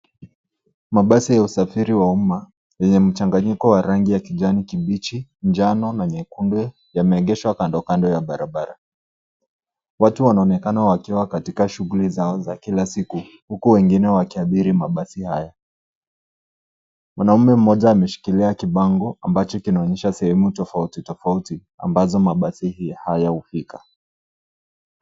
Mabasi ya usafiri wa umma yenye mchanganyiko wa rangi ya kijani kibichi, njano na nyekundu yameegeshwa kando, kando ya barabara. Watu wanaonekana wakiwa katika shughuli zao za kila siku huku wengine wakiabiri mabasi haya. Mwanaume mmoja ameshikilia kibango ambacho kinaonyesha sehemu tofauti, tofauti ambazo mabasi haya hufika.